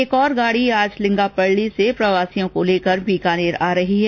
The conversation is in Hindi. एक और गाड़ी लिंगापल्ली से प्रवासियों को लेकर बीकानेर आ रही है